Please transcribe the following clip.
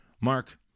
Mark